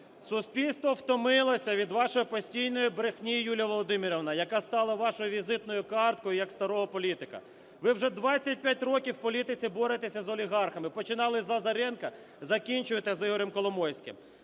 Суспільство втомилося від вашої постійної брехні, Юлія Володимирівна, яка стала вашою візитною карткою як старого політика. Ви вже 25 років в політиці боретеся з олігархами. Починали з Лазаренка, закінчуєте з Ігорем Коломойським.